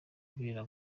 ibera